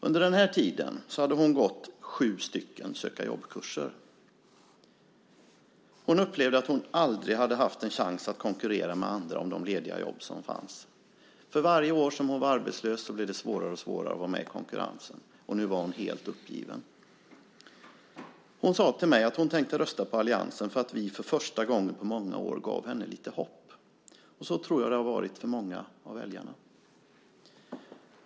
Under den här tiden hade hon gått sju söka-jobb-kurser. Hon upplevde att hon aldrig hade haft en chans att konkurrera med andra om de lediga jobb som fanns. För varje år som hon var arbetslös blev det svårare och svårare att vara med i konkurrensen, och nu var hon helt uppgiven. Hon sade till mig att hon tänkte rösta på alliansen för att vi för första gången på många år gav henne lite hopp. Så tror jag att det har varit för många av väljarna.